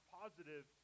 positive